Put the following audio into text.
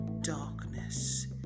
darkness